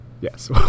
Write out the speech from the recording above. yes